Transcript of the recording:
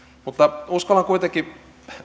mutta uskallan kuitenkin